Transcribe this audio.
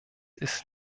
ist